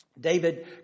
David